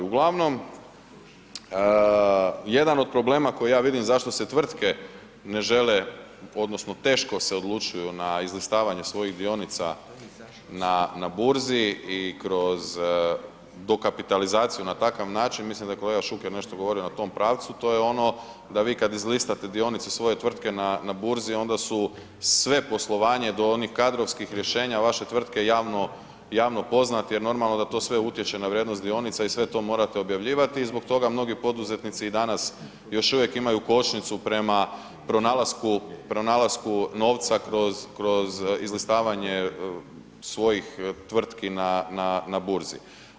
Uglavnom jedan od problema koje ja vidim zašto se tvrtke ne žele odnosno teško se odlučuju na izlistavanje svojih dionica na burzi i kroz dokapitalizaciju na takav način, mislim da je kolega Šuker nešto govorio na tom pravcu, to je ono da vi kada izlistate dionicu svoje tvrtke na burzi onda su sve poslovanje do onih kadrovskih rješenja vaše tvrtke javno poznati jer normalno da to sve utječe na vrijednost dionica i sve to morate objavljivati i zbog toga mnogi poduzetnici i danas još uvijek imaju kočnicu prema pronalasku novca kroz izlistavanje svojih tvrtki na burzi.